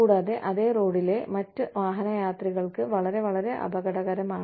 കൂടാതെ അതേ റോഡിലെ മറ്റ് വാഹനയാത്രികർക്ക് വളരെ വളരെ അപകടകരമാണ്